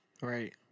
right